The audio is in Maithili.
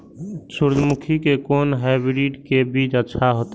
सूर्यमुखी के कोन हाइब्रिड के बीज अच्छा होते?